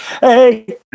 Hey